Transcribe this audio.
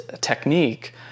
technique